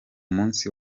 munsi